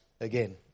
again